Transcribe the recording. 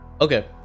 Okay